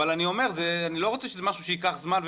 אבל אני אומר שאני לא רוצה שזה משהו שייקח זמן.